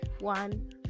One